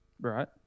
Right